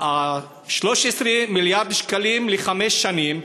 13 מיליארד השקלים לחמש שנים,